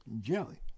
jelly